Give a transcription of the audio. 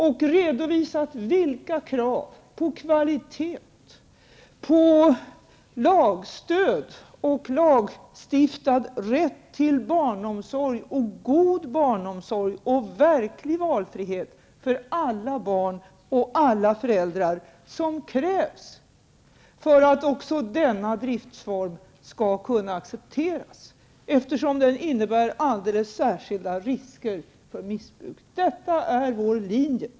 Vi har redovisat vilka krav på kvalitet, lagstöd och lagstiftad rätt till god barnomsorg och verklig valfrihet för alla barn och föräldrar som krävs för att också denna driftsform skall kunna accepteras, eftersom den innebär särskilda risker för missbruk. Detta är vår linje.